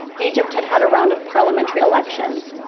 egypt had, had a round of parliamentary elections.